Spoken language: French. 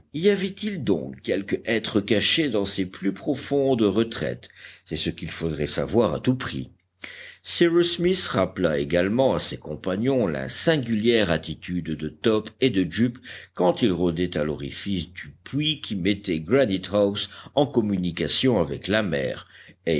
y avait-il donc quelque être caché dans ses plus profondes retraites c'est ce qu'il faudrait savoir à tout prix cyrus smith rappela également à ses compagnons la singulière attitude de top et de jup quand ils rôdaient à l'orifice du puits qui mettait granite house en communication avec la mer